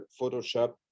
Photoshop